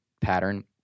pattern